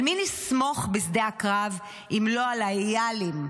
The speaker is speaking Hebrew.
על מי נסמוך בשדה הקרב אם לא על ה"אילים"?